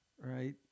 right